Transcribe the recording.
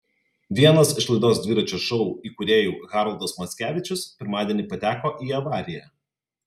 vienas iš laidos dviračio šou įkūrėjų haroldas mackevičius pirmadienį pateko į avariją